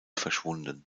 verschwunden